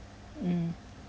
mm